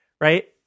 right